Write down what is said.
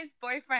boyfriend